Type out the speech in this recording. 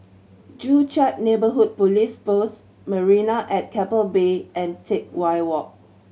Joo Chiat Neighbourhood Police Post Marina at Keppel Bay and Teck Whye Walk